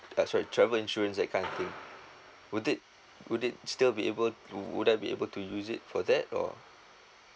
uh sorry travel insurance that kind of thing would it would it still be able would I be able to use it for that or